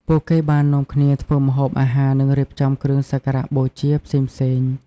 ពួកគេបាននាំគ្នាធ្វើម្ហូបអាហារ និងរៀបចំគ្រឿងសក្ការបូជាផ្សេងៗ។